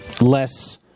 less